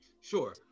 Sure